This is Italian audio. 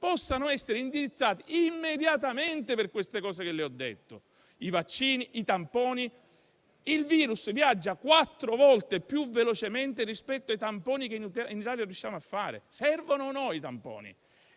possano essere indirizzate immediatamente per le cose che le ho detto: i vaccini, i tamponi. Il virus viaggia quattro volte più velocemente rispetto ai tamponi che riusciamo a fare in Italia. Servono o no i tamponi?